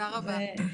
תודה רבה.